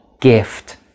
gift